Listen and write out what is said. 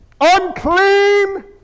Unclean